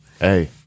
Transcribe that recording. Hey